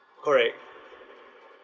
correct